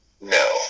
No